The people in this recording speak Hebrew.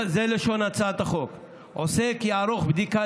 זה לשון הצעת החוק: "עוסק יערוך בדיקה